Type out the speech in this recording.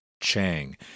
Chang